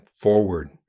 forward